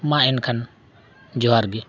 ᱢᱟ ᱮᱱᱠᱷᱟᱱ ᱡᱚᱦᱟᱨ ᱜᱮ